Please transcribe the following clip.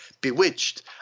bewitched